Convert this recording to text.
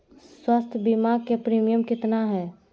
स्वास्थ बीमा के प्रिमियम कितना है?